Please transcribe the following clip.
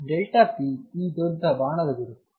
p ಈ ದೊಡ್ಡ ಬಾಣದ ಗುರುತು